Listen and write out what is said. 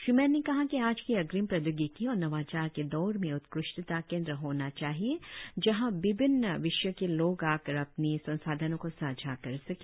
श्री मैन ने कहा कि आज की अग्रिम प्रौद्योगिकी और नवाचार के दौर में उत्कृष्टता केंद्र होनी चाहिए जहां विभिन्न विषयों के लोग आकर अपनी संसाधनों को सांझा कर सके